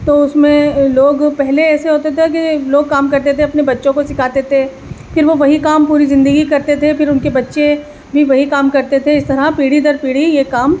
تو اس میں لوگ پہلے ایسے ہوتا تھا کہ لوگ کام کرتے تھے اپنے بچوں کو سکھاتے تھے پھر وہ وہی کام پوری زندگی کرتے تھے پھر ان کے بچے بھی وہی کام کرتے تھے اس طرح پیڑھی در پیڑھی یہ کام